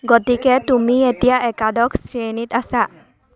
গতিকে তুমি এতিয়া একাদশ শ্ৰেণীত আছা